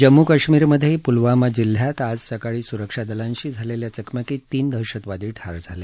जम्मू कश्मिरमधे प्लवामा जिल्ह्यात आज सकाळी स्रक्षा दलांशी झालेल्या चकमकीत तीन दहशतवादी ठार झाले